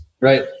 right